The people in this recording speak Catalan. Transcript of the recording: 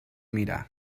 mirar